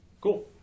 Cool